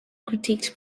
critiqued